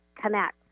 connect